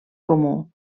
comú